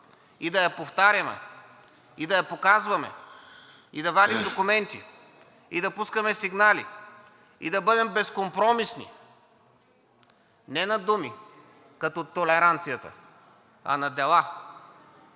и да я повтаряме, и да я показваме, и да вадим документи, и да пускаме сигнали, и да бъдем безкомпромисни не на думи като „толеранцията“, а на дела.